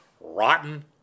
rotten